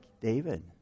David